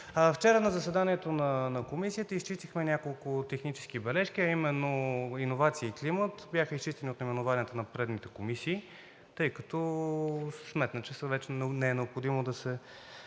вчера на заседанието на Комисията изчистихме няколко технически бележки. Именно иновации и климат бяха изчистени от наименованието на предните комисии, тъй като се сметна, че вече не е необходимо да